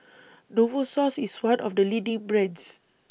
Novosource IS one of The leading brands